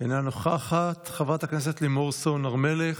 אינה נוכחת, חברת הכנסת לימור סון הר מלך,